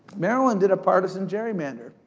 maryland did a partisan gerrymander.